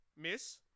Miss